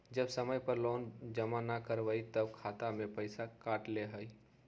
जब समय पर लोन जमा न करवई तब खाता में से पईसा काट लेहई?